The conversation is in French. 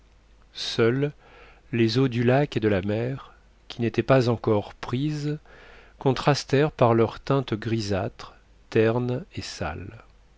seules les eaux du lac et de la mer qui n'étaient pas encore prises contrastèrent par leur teinte grisâtre terne et sale